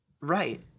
Right